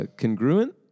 Congruent